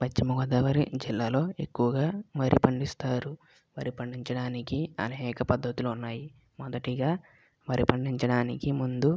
పశ్చిమగోదావరి జిల్లాలో ఎక్కువగా వరి పండిస్తారు వరి పండించడానికి అనేక పద్ధతులు ఉన్నాయి మొదటిగా వరి పండించడానికి ముందు